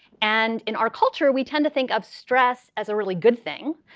and in our culture, we tend to think of stress as a really good thing,